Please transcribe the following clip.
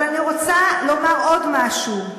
אבל אני רוצה לומר עוד משהו.